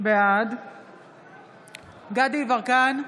בעד דסטה גדי יברקן,